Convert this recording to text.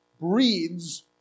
breeds